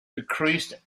decreased